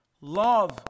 Love